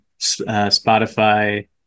Spotify